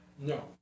No